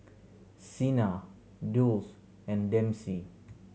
Sena Dulce and Dempsey